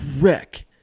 wreck